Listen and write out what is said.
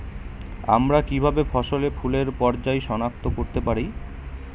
আমরা কিভাবে ফসলে ফুলের পর্যায় সনাক্ত করতে পারি?